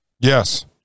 Yes